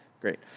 great